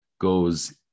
goes